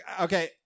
okay